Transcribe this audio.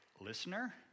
listener